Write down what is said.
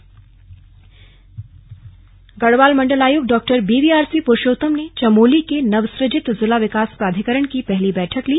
बैठक चमोली गढ़वाल मण्डल आयुक्त डॉ बीवीआरसी पुरूषोत्तम ने चमोली के नवसुजित जिला विकास प्राधिकरण की पहली बैठक ली